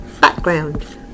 background